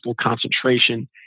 concentration